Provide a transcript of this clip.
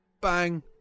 bang